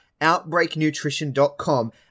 OutbreakNutrition.com